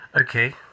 Okay